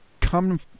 come